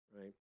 right